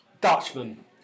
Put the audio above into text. Dutchman